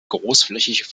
großflächig